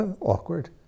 awkward